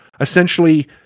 essentially